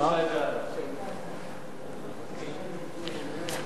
ההצעה לכלול את הנושא בסדר-היום של הכנסת נתקבלה.